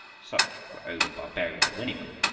such were only barbarians anyway.